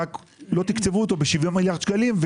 רק לא תקצבו אותו בשבעה מיליארד שקלים.